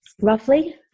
roughly